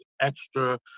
extra